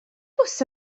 bws